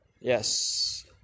yes